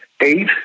eight